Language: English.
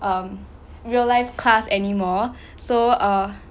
um real life class anymore so err